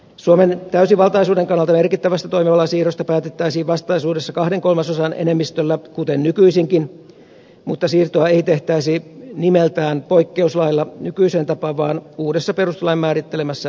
suomen täysivaltaisuuden kannalta merkittävästä toimivallan siirrosta päätettäisiin vastaisuudessa kahden kolmasosan enemmistöllä kuten nykyisinkin mutta siirtoa ei tehtäisi nimeltään poikkeuslailla nykyiseen tapaan vaan uudessa perustuslain määrittelemässä menettelyssä